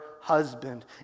husband